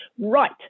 right